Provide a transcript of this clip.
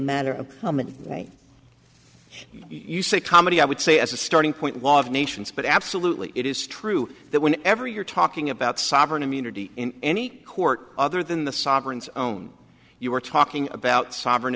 matter of common right you say comedy i would say as a starting point law of nations but absolutely it is true that when ever you're talking about sovereign immunity in any court other than the sovereign zone you are talking about sovereign